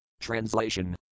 Translation